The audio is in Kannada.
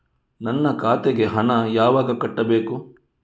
ನನ್ನ ಖಾತೆಗೆ ಹಣ ಯಾವಾಗ ಕಟ್ಟಬೇಕು?